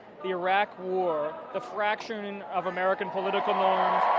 the iraq war, the fracturing of american political ah